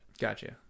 gotcha